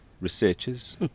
researchers